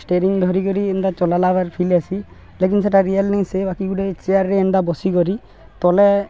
steering ଧର କରିରି ଏନ୍ତା ଚଲାଲାବାର୍ ଫିଲ୍ ଆସି ଲେକନ୍ ସେଟା ରିଏଲ୍ ସେ ବାକି ଗୁଟେ ଚେୟାରରେ ଏନ୍ତା ବସି କରିରି ତଲେ